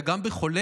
אלא גם בחולה,